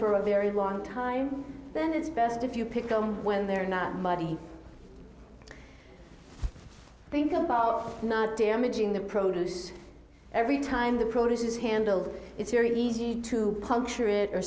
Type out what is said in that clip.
for a very long time and it's best if you pick them when they're not muddy think about not damaging the produce every time the produce is handled it's very easy to puncture it or